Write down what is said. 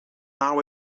now